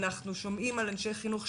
אנחנו שומעים על אנשי חינוך,